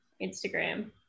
Instagram